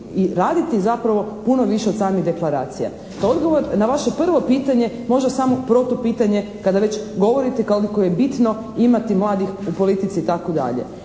i raditi zapravo puno više od samih deklaracija. Kao odgovor na vaše prvo pitanje, možda samo protupitanje kada već govorite koliko je bitno imati u politici, itd.